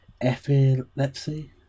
epilepsy